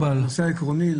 העקרוני,